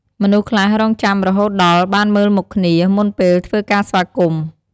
មនុស្សខ្លះរង់ចាំរហូតដល់ បានមើលមុខគ្នា មុនពេលធ្វើការស្វាគមន៍។